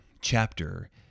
chapter